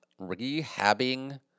rehabbing